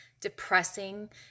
depressing